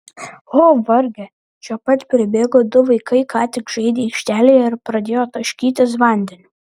o varge čia pat pribėgo du vaikai ką tik žaidę aikštelėje ir pradėjo taškytis vandeniu